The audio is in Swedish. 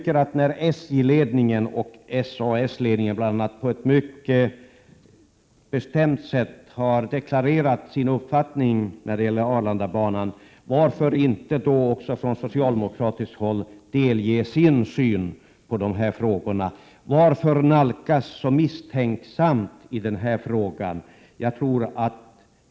Bl.a. SJ-ledningen och SAS ledningen har på ett mycket bestämt sätt deklarerat sin uppfattning när det gäller Arlandabanan. Varför delger man då inte också från socialdemokratiskt håll sin syn på dessa frågor? Varför nalkas man dessa frågor så misstänksamt?